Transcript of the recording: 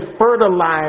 fertilize